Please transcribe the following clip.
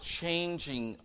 changing